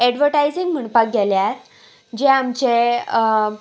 advertising म्हणपाक गेल्यार जे आमचे